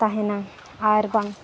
ᱛᱟᱦᱮᱱᱟ ᱟᱨ ᱵᱟᱝ